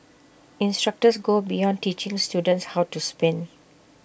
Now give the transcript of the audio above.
instructors go beyond teaching students how to spin